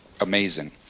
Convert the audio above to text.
amazing